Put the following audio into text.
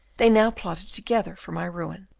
they now plotted together for my ruin.